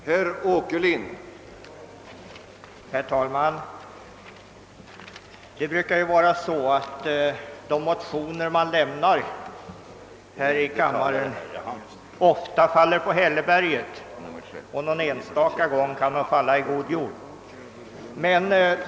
Herr talman! De motioner som väckes här i kammaren faller som bekant oftast på hälleberget, men någon enstaka gång kan dock en motion falla i god jord.